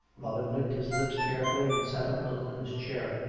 robin licked his lips carefully and sat up a little in his chair.